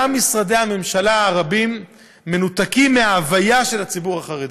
כמה שגם משרדי הממשלה הרבים מנותקים מההוויה של הציבור החרדי.